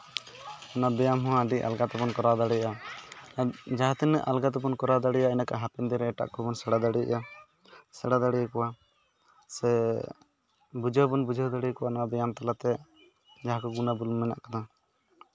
ᱚᱱᱟ ᱵᱮᱭᱟᱢ ᱦᱚᱸ ᱟᱹᱰᱤ ᱟᱞᱜᱟ ᱛᱮᱵᱚᱱ ᱠᱚᱨᱟᱣ ᱫᱟᱲᱮᱭᱟᱜᱼᱟ ᱡᱟᱦᱟᱸ ᱛᱤᱱᱟᱹᱜ ᱟᱞᱜᱟ ᱛᱮᱵᱚᱱ ᱠᱚᱨᱟᱣ ᱫᱟᱲᱮᱭᱟᱜ ᱮᱸᱰᱮᱠᱷᱟᱱ ᱦᱟᱯᱮᱱ ᱫᱤᱱᱨᱮ ᱮᱴᱟᱜ ᱠᱚᱵᱚᱱ ᱥᱮᱬᱟ ᱫᱟᱲᱮᱭᱟᱜᱼᱟ ᱥᱮᱬᱟ ᱫᱟᱲᱮᱭ ᱠᱚᱣᱟ ᱥᱮ ᱵᱩᱡᱷᱟᱹᱣ ᱦᱚᱸᱵᱚᱱ ᱵᱩᱡᱷᱟᱹᱣ ᱫᱟᱲᱮᱭᱟᱠᱚᱣᱟ ᱱᱚᱣᱟ ᱵᱮᱭᱟᱢ ᱛᱟᱞᱟᱛᱮ ᱡᱟᱦᱟᱸ ᱠᱚ ᱜᱩᱱᱟᱜᱩᱱ ᱢᱮᱱᱟᱜ ᱠᱟᱫᱟ